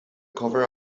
cover